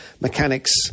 mechanics